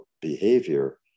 behavior